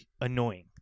annoying